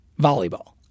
volleyball